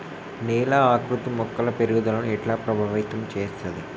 నేల ఆకృతి మొక్కల పెరుగుదలను ఎట్లా ప్రభావితం చేస్తది?